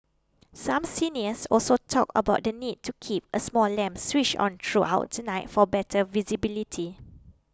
some seniors also talked about the need to keep a small lamp switched on throughout the night for better visibility